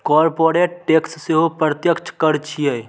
corporate tax सेहो प्रत्यक्ष कर छियै